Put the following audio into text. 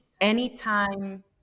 anytime